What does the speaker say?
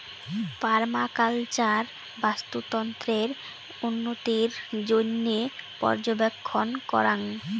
permaculture বাস্তুতন্ত্রের উন্নতির জইন্যে পর্যবেক্ষণ করাং